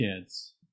kids